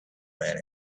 man